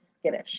skittish